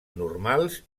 normals